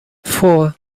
four